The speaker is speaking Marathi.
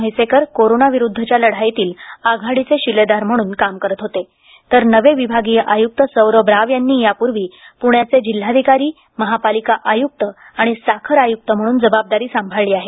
म्हैसेकर कोरोना विरुद्धच्या लढाईतील आघाडीचे शिलेदार म्हणून काम करत होते तर नवे विभागीय आयुक्त सौरभ राव यांनी यापूर्वी पुण्याचे जिल्हाधिकारी महापालिका आयुक्त आणि साखर आयुक्त म्हणून जबाबदारी सांभाळली आहे